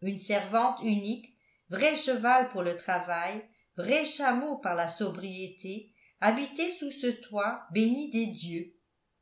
une servante unique vrai cheval pour le travail vrai chameau par la sobriété habitait sous ce toit béni des dieux